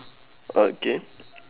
what again